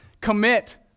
commit